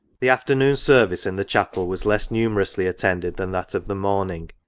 the afternoon service in the chapel was less numerously attended than that of the morning,